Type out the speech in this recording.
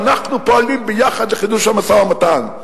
אנחנו פועלים ביחד לחידוש המשא-ומתן.